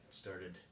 started